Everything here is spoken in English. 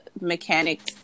mechanics